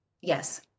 Yes